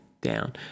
down